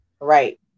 Right